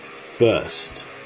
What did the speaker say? first